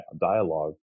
dialogue